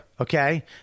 Okay